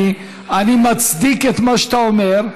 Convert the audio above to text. אני מצדיק את מה שאתה אומר.